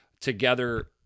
together